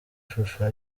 shusho